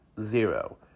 zero